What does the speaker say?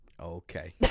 Okay